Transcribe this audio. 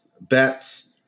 bets